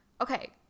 okay